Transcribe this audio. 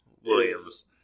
Williams